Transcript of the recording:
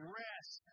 rest